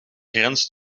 grens